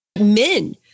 men